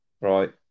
right